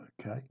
Okay